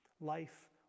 Life